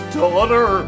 daughter